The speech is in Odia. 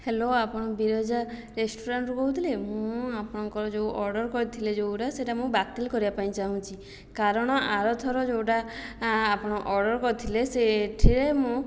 ହ୍ୟାଲୋ ଆପଣ ବିରଜା ରେଷ୍ଟୁରାଣ୍ଟରୁ କହୁଥିଲେ ମୁଁ ଆପଣଙ୍କର ଯେଉଁ ଅର୍ଡ଼ର କରିଥିଲେ ଯେଉଁଗୁଡ଼ିକ ସେଇଟା ମୁଁ ବାତିଲ୍ କରିବା ପାଇଁ ଚାହୁଁଛି କାରଣ ଆରଥର ଯେଉଁଟା ଆପଣ ଅର୍ଡ଼ର କରିଥିଲେ ସେଥିରେ ମୁଁ